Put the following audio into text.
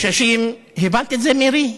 ומהגששים: הבנת את זה, מירי?